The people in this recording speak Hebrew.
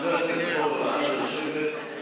חבר הכנסת פורר, אנא, לשבת.